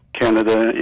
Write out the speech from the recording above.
Canada